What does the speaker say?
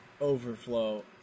Overflow